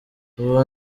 ubu